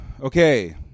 Okay